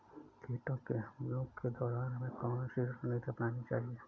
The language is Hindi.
कीटों के हमलों के दौरान हमें कौन सी रणनीति अपनानी चाहिए?